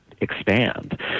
expand